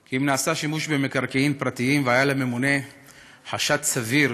כי אם נעשה שימוש במקרקעין פרטיים והיה לממונה חשד סביר